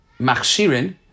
Machshirin